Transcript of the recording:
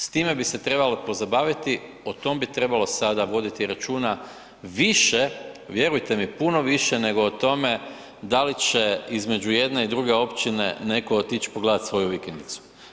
S time bi se trebali pozabaviti, o tom bi trebalo sada voditi računa, više, vjerujte mi, puno više nego o tome da li će između jedne i druge općine netko otići pogledati svoju vikendicu.